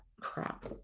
crap